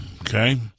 okay